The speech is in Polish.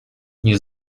nie